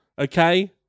Okay